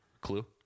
Clue